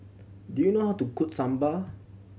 do you know how to cook Sambar